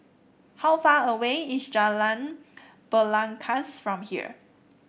how far away is Jalan Belangkas from here